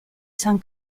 san